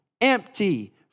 empty